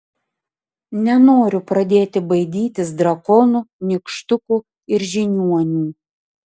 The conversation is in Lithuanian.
nenoriu pradėti baidytis drakonų nykštukų ir žiniuonių